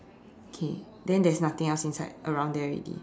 okay then there's nothing else inside around there already